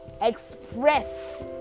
Express